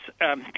Yes